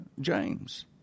James